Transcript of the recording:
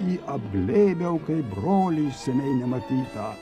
jį apglėbiau kaip brolį seniai nematytą